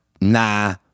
nah